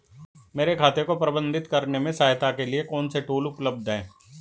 मेरे खाते को प्रबंधित करने में सहायता के लिए कौन से टूल उपलब्ध हैं?